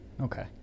Okay